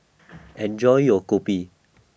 Enjoy your Kopi